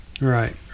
Right